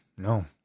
No